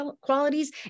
qualities